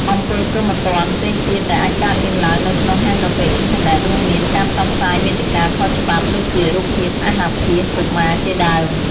អំពើព្រហ្មទណ្ឌ ផ្សេងទៀត ដែល អាចកើតមានឡើង នៅក្នុង ហាងកាហ្វេអ៊ីនធឺណិត រួមមាន ការផ្សព្វផ្សាយមាតិកាខុសច្បាប់ ដូចជា រូបភាពអាសអាភាសកុមារ ជាដើម។